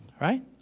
right